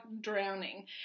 drowning